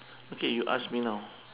okay you ask me now